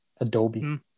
Adobe